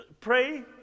pray